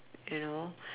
you know